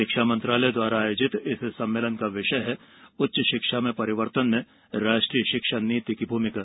शिक्षा मंत्रालय द्वारा इस आयोजित सम्मेलन का विषय है उच्च शिक्षा में परिवर्तन में राष्ट्रीय शिक्षा नीति की भूमिका